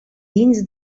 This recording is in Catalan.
dins